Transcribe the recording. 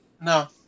No